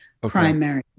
primary